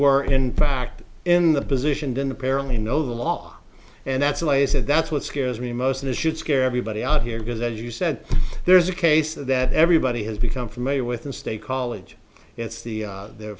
were in fact in the position didn't apparently know the law and that's a laser that's what scares me most of this should scare everybody out here because as you said there's a case that everybody has become familiar with in state college it's the